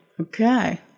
Okay